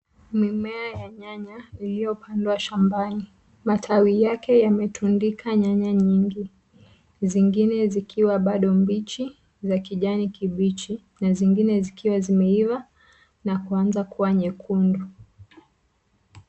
Mimea ya nyanya iliyopandwa shambani. Matawi yake yametundika nyanya nyingi zingine zikiwa bado mbichi za kijani kibichi na zingine zikiwa zimeiva na kuanza kuwa nyekundu.